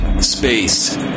space